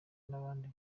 n’abandi